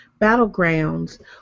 Battlegrounds